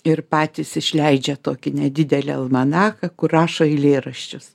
ir patys išleidžia tokį nedidelį almanachą kur rašo eilėraščius